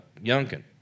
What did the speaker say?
Youngkin